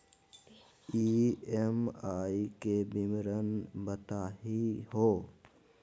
EMI के विवरण बताही हो?